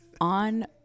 on